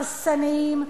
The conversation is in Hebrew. הרסניים,